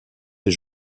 les